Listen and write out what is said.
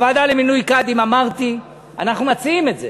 הוועדה למינוי קאדים, אמרתי, אנחנו מציעים את זה,